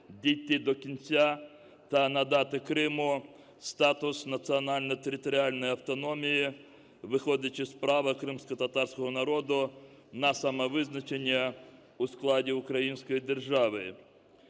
дійти до кінця та надати Криму статус національно-територіальної автономії, виходячи з права кримськотатарського народу на самовизначення у складі української держави.